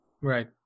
Right